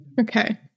Okay